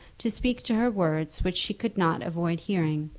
to speak to her words which she could not avoid hearing